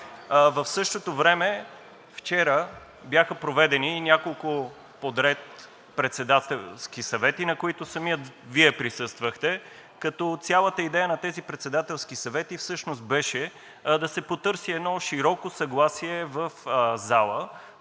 В същото време вчера бяха проведени няколко подред председателски съвети, на които самият Вие присъствахте, като цялата идея на тези председателски съвети всъщност беше да се потърси едно широко съгласие в залата